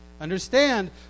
Understand